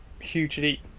hugely